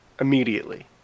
Immediately